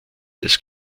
des